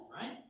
right